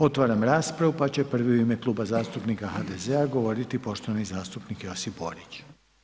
Otvaram raspravu pa će prvi u ime Kluba zasdtupnika HDZ-a govoriti poštovani zastupnik Josip Borić.